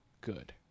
good